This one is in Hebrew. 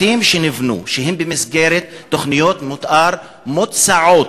בתים שנבנו, שהם במסגרת תוכניות מתאר מוצעות,